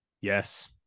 Yes